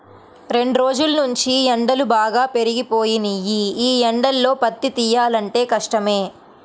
రెండ్రోజుల్నుంచీ ఎండలు బాగా పెరిగిపోయినియ్యి, యీ ఎండల్లో పత్తి తియ్యాలంటే కష్టమే